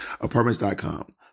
Apartments.com